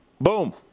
Boom